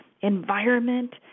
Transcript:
environment